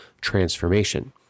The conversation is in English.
transformation